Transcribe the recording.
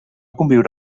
conviure